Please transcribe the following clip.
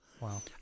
Wow